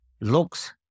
looks